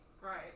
right